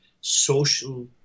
social